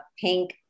pink